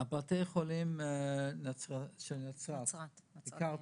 בתי החולים בנצרת ביקרתי.